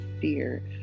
fear